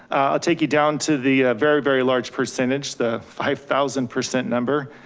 i'll take you down to the very, very large percentage, the five thousand percent number.